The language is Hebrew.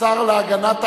שהראשונה בהן היא הצעת